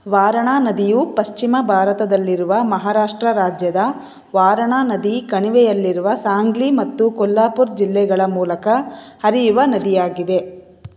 ವಾರಣಾ ನದಿಯು ಪಶ್ಚಿಮ ಭಾರತದಲ್ಲಿರುವ ಮಹಾರಾಷ್ಟ್ರ ರಾಜ್ಯದ ವಾರಣಾ ನದಿ ಕಣಿವೆಯಲ್ಲಿರುವ ಸಾಂಗ್ಲಿ ಮತ್ತು ಕೊಲ್ಹಾಪುರ್ ಜಿಲ್ಲೆಗಳ ಮೂಲಕ ಹರಿಯುವ ನದಿಯಾಗಿದೆ